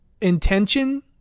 intention